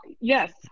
Yes